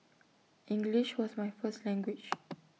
English was my first language